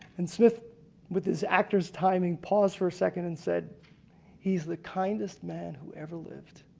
and smith with his actor's timing paused for a second and said he's the kindest man who ever lived.